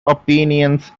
opinions